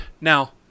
Now